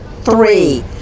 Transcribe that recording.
three